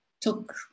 took